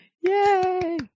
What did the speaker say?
Yay